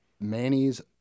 Manny's